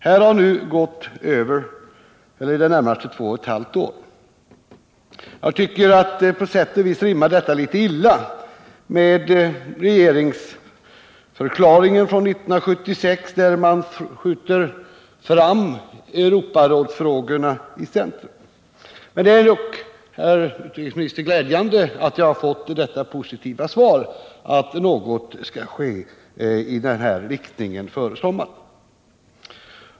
Nu har det förflutit i det närmaste två och ett halvt år. Jag tycker att detta på sätt och vis rimmar litet illa med regeringsförklaringen av år 1976, där Europarådsfrågorna ställdes i centrum. Det är dock, herr utrikesminister, glädjande att jag har fått det positiva svaret att något i denna riktning kommer att ske före sommaren.